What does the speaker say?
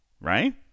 right